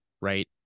right